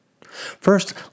First